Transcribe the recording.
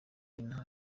inaha